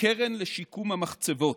הקרן לשיקום המחצבות.